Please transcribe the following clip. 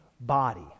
body